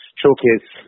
showcase